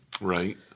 Right